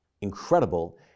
incredible